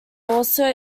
also